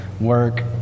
work